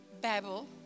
Babel